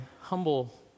humble